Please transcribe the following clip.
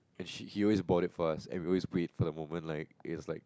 and she he always bought it first and we always wait for a moment like is like